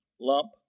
lump